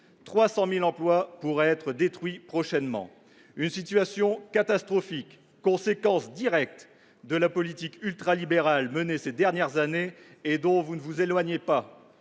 300 000 emplois pourraient être détruits prochainement. Cette situation catastrophique est la conséquence directe de la politique ultralibérale menée ces dernières années, et dont vous ne vous éloignez pas